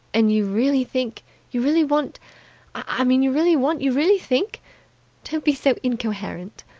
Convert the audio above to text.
and you really think you really want i mean, you really want you really think don't be so incoherent!